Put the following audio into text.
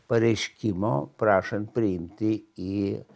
pareiškimo prašant priimti į